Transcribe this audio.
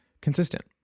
consistent